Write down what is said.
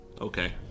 Okay